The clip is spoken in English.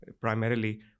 primarily